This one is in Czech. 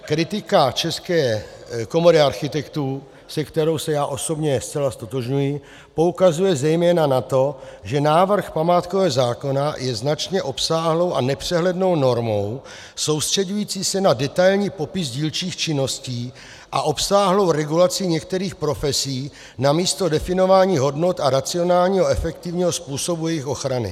Kritika České komory architektů, se kterou se já osobně zcela ztotožňuji, poukazuje zejména na to, že návrh památkového zákona je značně obsáhlou a nepřehlednou normou soustřeďující se na detailní popis dílčích činností a obsáhlou regulaci některých profesí namísto definování hodnot a racionálního a efektivního způsobu jejich ochrany.